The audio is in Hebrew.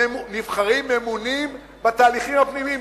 ממונים בתהליכים הפנימיים,